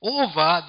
over